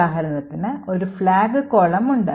ഉദാഹരണത്തിന് ഒരു flag column ഉണ്ട്